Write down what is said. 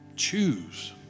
choose